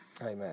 Amen